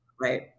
right